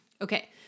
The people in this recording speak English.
Okay